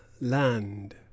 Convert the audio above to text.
land